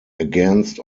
against